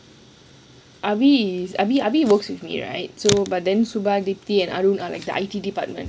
abi is I mean abi works with me right too but then suba diki and arun are like the I_T department